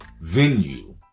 venue